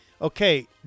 Okay